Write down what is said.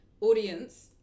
audience